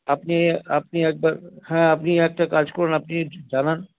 আপনি আপনি একবার হ্যাঁ আপনি একটা কাজ করুন আপনি একটু জানান